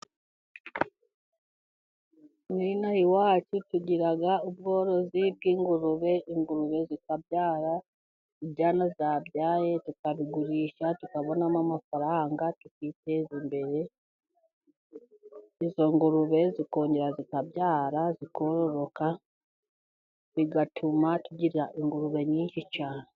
Nk'ino aha iwacu tugira ubworozi bw'ingurube, ingurube zikabyara ,ibyana zabyaye tukabigurisha tukabonamo amafaranga ,tukiteza imbere ,izo ngurube zikongera zikabyara, zikororoka bigatuma tugira ingurube nyinshi cyane.